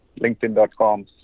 linkedin.com